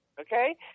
okay